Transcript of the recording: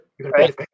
right